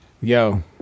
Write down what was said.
Yo